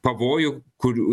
pavojų kurių